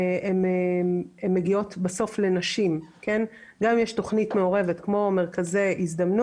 מגיעות בסוף לנשים, גם מרכזי ריאן.